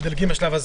אני מציע לדלג רק על